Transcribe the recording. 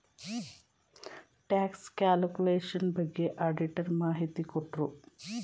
tax calculation ಬಗ್ಗೆ auditor ಮಾಹಿತಿ ಕೊಟ್ರು